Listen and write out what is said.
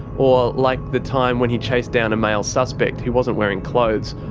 or like the time when he chased down a male suspect who wasn't wearing clothes,